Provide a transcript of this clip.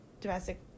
domestic